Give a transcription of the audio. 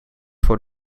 voor